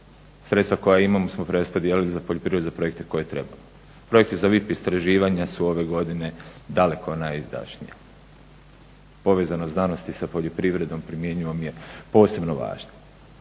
sredstva koja imamo smo preraspodijelili za poljoprivredu za projekte koje trebamo. Projekti za VIP istraživanja su ove godine daleko najizdašnija. Povezanost znanosti sa poljoprivredom primijenjivo mi je posebno važan.